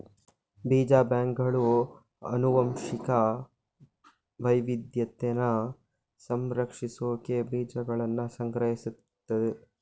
ಬೀಜ ಬ್ಯಾಂಕ್ಗಳು ಅನುವಂಶಿಕ ವೈವಿದ್ಯತೆನ ಸಂರಕ್ಷಿಸ್ಸೋಕೆ ಬೀಜಗಳ್ನ ಸಂಗ್ರಹಿಸ್ತದೆ